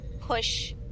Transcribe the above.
push